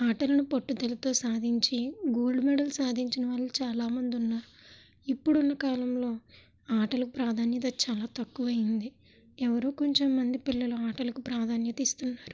ఆటలను పట్టుదలతో సాధించి గోల్డ్ మెడల్ సాధించిన వాళ్ళు చాలామంది ఉన్నారు ఇప్పుడున్న కాలంలో ఆటలకు ప్రాధాన్యత చాలా తక్కువ అయ్యింది ఎవరో కొంచెం మంది పిల్లలు ఆటలకు ప్రాధాన్యత ఇస్తున్నారు